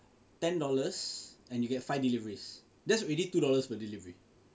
ten dollars and you get five deliveries that's already two dollars per delivery